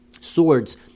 Swords